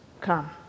come